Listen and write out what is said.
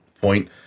point